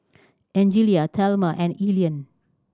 Angelia Thelma and Elian